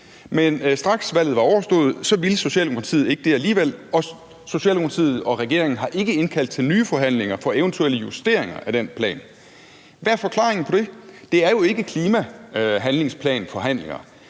Men straks valget var overstået, ville Socialdemokratiet ikke det alligevel, og Socialdemokratiet og regeringen har ikke indkaldt til nye forhandlinger for eventuelle justeringer af den plan. Hvad er forklaringen på det? Det er jo ikke klimahandlingsplanforhandlinger,